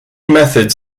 methods